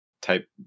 type